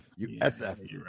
USF